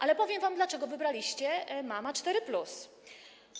Ale powiem wam, dlaczego wybraliście „Mama 4+”